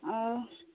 ଆଃ